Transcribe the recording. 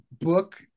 book